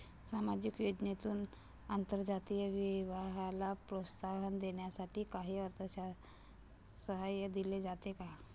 सामाजिक योजनेतून आंतरजातीय विवाहाला प्रोत्साहन देण्यासाठी काही अर्थसहाय्य दिले जाते का?